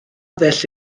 ddull